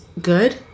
good